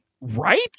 right